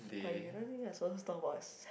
okay I don't think we're supposed to talk about